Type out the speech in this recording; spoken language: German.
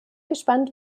gespannt